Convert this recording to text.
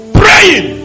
praying